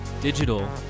digital